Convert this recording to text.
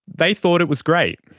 they thought it was great.